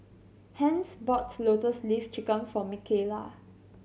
Hence bought Lotus Leaf Chicken for Mikaela